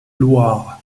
loire